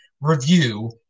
review